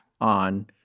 on